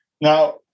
Now